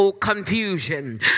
confusion